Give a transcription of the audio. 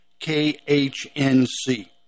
KHNC